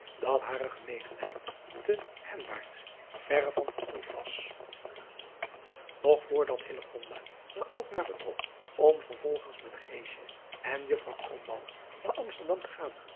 dat hare genegenheid te hemwaarts verre van verkoeld was og voor dat naar lkmaar vertrok om vervolgens met en uffrouw naar msterdam te gaan